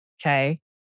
Okay